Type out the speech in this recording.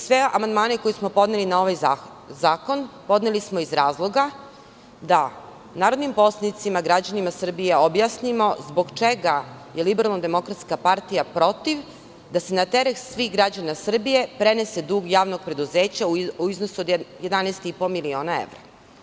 Sve amandmane koje smo podneli na ovaj zakon, podneli smo iz razloga da narodnim poslanicima, građanima Srbije objasnimo zbog čega je LDP protiv da se na teret svih građana Srbije prenese dug Javnog preduzeća u iznosu od 11,5 miliona evra.